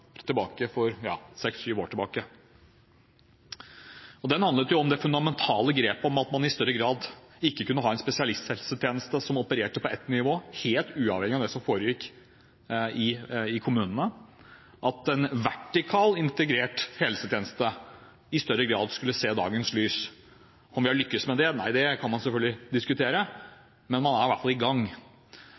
år tilbake. Den handlet om det fundamentale grepet at man i større grad ikke kunne ha en spesialisthelsetjeneste som opererte på ett nivå, helt uavhengig av det som foregikk i kommunene, at en vertikal, integrert helsetjeneste i større grad skulle se dagens lys. Har vi lykkes med det? Nei, det kan man selvfølgelig diskutere, men man er i hvert fall i gang.